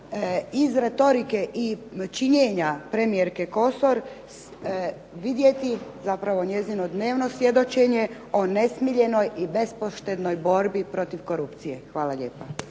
iz retorike i činjenja premijerke Kosor vidjeti, zapravo njezino dnevno svjedočenje o nesmiljenoj i bespoštednoj borbi protiv korupcije. Hvala lijepa.